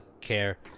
Care